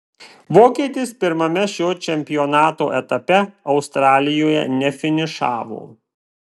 vokietis pirmame šio čempionato etape australijoje nefinišavo